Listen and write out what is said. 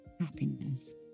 happiness